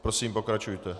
Prosím, pokračujte.